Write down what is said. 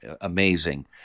Amazing